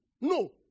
No